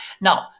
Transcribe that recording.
Now